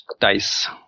dice